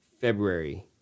February